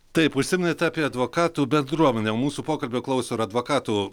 taip užsiminėte apie advokatų bendruomenę mūsų pokalbio klauso ir advokatų